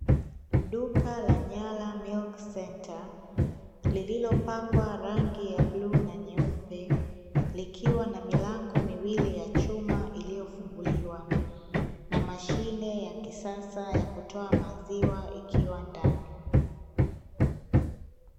Duka la "NYALA MILK CENTRE", lililopakwa rangi ya bluu na nyeupe, likiwa na milango miwili ya chuma iliyofunguliwa, na mashine ya kisasa ya kutoa maziwa ikiwa ndani.